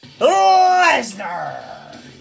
Lesnar